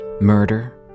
murder